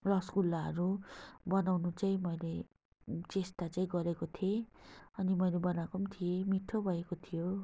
रसगुल्लाहरू बनाउनु चाहिँ मैले चेष्टा चाहिँ गरेको थिएँ अनि मैले बनाएको पनि थिएँ मिठ्ठो भएको थियो